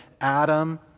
Adam